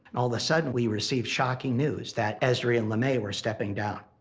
all of a sudden we received shocking news that esrey and lemay were stepping down.